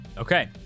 Okay